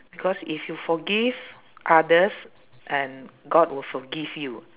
cause if you forgive others and god will forgive you